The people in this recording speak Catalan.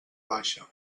baixa